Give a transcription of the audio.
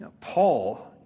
Paul